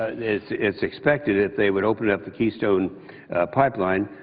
it's it's expected if they would open up the keystone pipeline,